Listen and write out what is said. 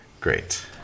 great